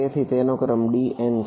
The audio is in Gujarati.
તેથી તેનો ક્રમ dn છે